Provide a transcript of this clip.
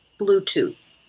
Bluetooth